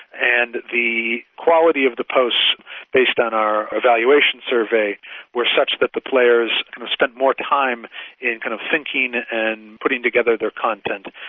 and the quality of the posts based on our evaluation survey were such that the players and spent more time in kind of thinking and putting together their content,